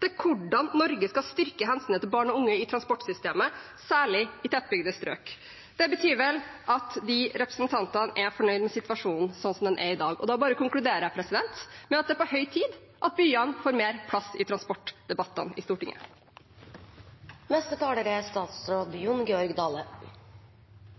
til hvordan Norge skal styrke hensynet til barn og unge i transportsystemet, særlig i tettbygde strøk. Det betyr vel at de representantene er fornøyd med situasjonen sånn som den er i dag, og da bare konkluderer jeg med at det er på høy tid at byene får mer plass i transportdebattene i Stortinget. Representanten frå Miljøpartiet Dei Grøne understreka for så vidt litt av det som er